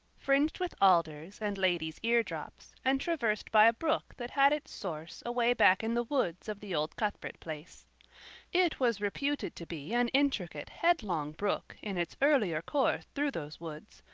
fringed with alders and ladies' eardrops and traversed by a brook that had its source away back in the woods of the old cuthbert place it was reputed to be an intricate, headlong brook in its earlier course through those woods,